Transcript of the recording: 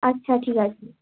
আচ্ছা ঠিক আছে